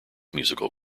musical